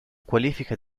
qualifica